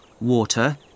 water